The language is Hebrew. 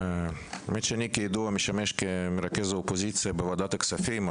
האמת שאני כידוע משמש כמרכז האופוזיציה בוועדת הכספים,